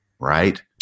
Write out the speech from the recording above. Right